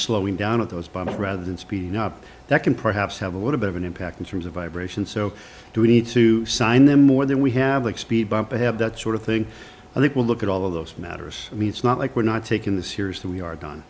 slowing down at those by that rather than speeding up that can perhaps have a little bit of an impact in terms of vibration so do we need to sign them more than we have like speed bump and have that sort of thing i think we'll look at all of those matters i mean it's not like we're not taking the series that we are done